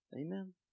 amen